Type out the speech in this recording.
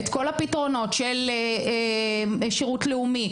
את כל הפתרונות של שירות לאומי,